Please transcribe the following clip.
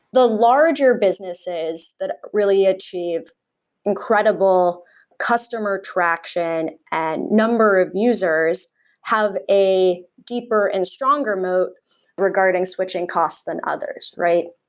the larger businesses that really achieve incredible customer traction and number of users have a deeper and stronger moat regarding switching costs than others, right?